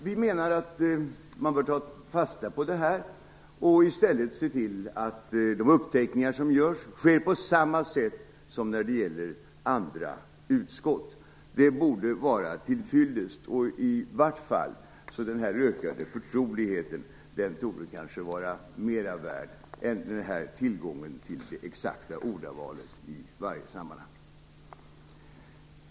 Vi menar att man bör ta fasta på detta och i stället se till att uppteckningar görs på samma sätt som när det gäller andra utskott. Det borde vara till fyllest. I varje fall torde den ökade förtroligheten kanske vara mera värd än tillgången till exakt ordval i varje sammanhang.